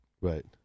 Right